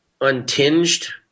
untinged